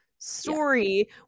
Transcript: story